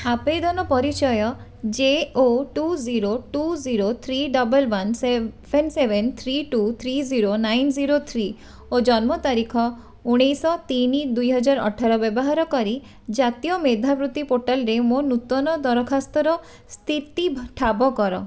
ଆବେଦନ ପରିଚୟ ଯେ O two zero two zero three double one seven seven three two three zero nine zero three ଓ ଜନ୍ମ ତାରିଖ ଉଣେଇଶହ ତିନି ଦୁଇ ହଜାର ଅଠର ବ୍ୟବହାର କରି ଜାତୀୟ ମେଧାବୃତ୍ତି ପୋର୍ଟାଲରେ ମୋ ନୂତନ ଦରଖାସ୍ତର ସ୍ଥିତି ଠାବ କର